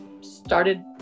started